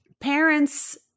parents